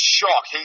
shock